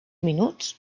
minuts